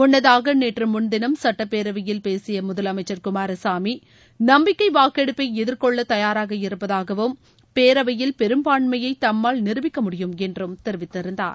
முன்னதாக நேற்று முன்தினம் சட்டப்பேரவையில் பேசியமுதலனமச்சர் குமாரசாமிநம்பிக்கை வாக்கெடுப்பை எதிர்கொள்ள தயாராக இருப்பதாகவும் பேரவையில் பெருப்பான்மையை தம்மால் நிருபிக்க முடியும் என்றும் தெரிவித்திருந்தார்